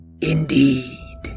Indeed